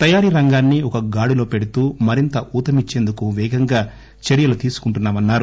తయారీ రంగాన్సి ఒక గాడిలో పెడుతూ మరింత ఊతమిచ్చేందుకు పేగంగా చర్యలు తీసుకుంటున్నా మన్నారు